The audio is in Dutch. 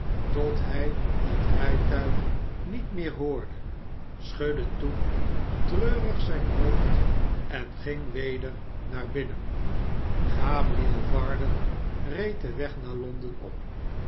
tot hij het rijtuig niet meer hoorde schudde toen treurig zijn hoofd en ging weder naar binnen gabriel varden reed den weg naar londen op